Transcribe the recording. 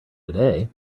today